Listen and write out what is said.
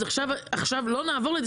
אז עכשיו לא נעבור את זה.